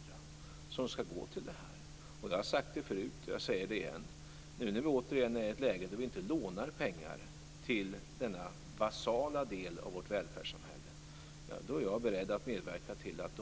De pengarna skall gå till det här området. Jag har sagt det förut, och jag säger det igen: Nu när vi återigen befinner oss i ett läge där vi inte lånar pengar till denna basala del av vårt välfärdssamhälle är jag beredd att medverka till att